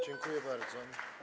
Dziękuję bardzo.